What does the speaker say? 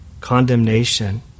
condemnation